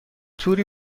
توری